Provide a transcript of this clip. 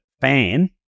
fan